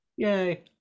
Yay